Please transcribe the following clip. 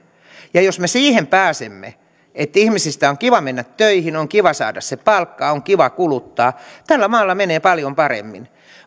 jos me siihen pääsemme että ihmisistä on kiva mennä töihin on kiva saada se palkka on kiva kuluttaa tällä maalla menee paljon paremmin